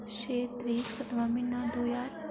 छे तरीक सतमां म्हीना दो ज्हार